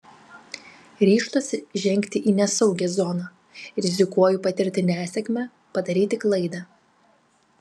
ryžtuosi žengti į nesaugią zoną rizikuoju patirti nesėkmę padaryti klaidą